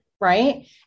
right